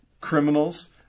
criminals